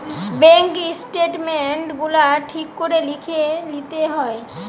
bank statement গুলা ঠিক করে লিখে লিতে হয়